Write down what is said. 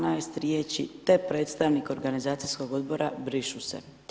12 riječi „te predstavnik organizacijskog odbora“, brišu se.